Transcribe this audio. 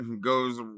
goes